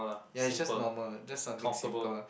ya it's just normal just something simple